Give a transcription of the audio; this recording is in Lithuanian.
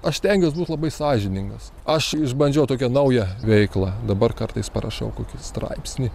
aš stengiuos būt labai sąžiningas aš išbandžiau tokią naują veiklą dabar kartais parašau kokį straipsnį